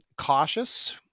cautious